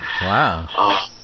Wow